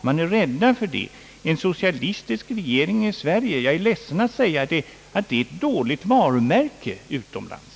Jag är rädd för att en socialistisk regering i Sverige — jag är ledsen att behöva säga det — är ett dåligt varumärke utomlands.